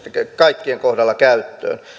kaikkien kohdalla käyttöön